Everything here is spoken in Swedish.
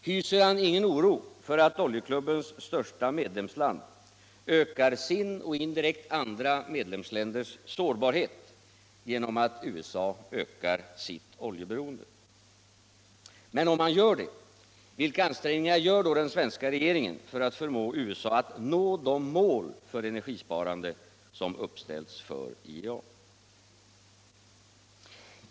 Hyser han ingen oro för att Oljeklubbens största medlemsland, USA, ökar sin — och indirekt andra medlemsländers — sårbarhet genom att öka sitt oljeberoende? Men om han gör det: Vilka ansträngningar gör den svenska regeringen för att förmå USA att nå de mål för energisparandet som uppställts för IEA?